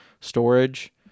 storage